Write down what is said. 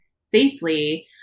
safely